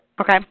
Okay